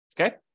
Okay